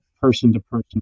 person-to-person